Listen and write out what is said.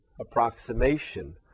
approximation